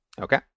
okay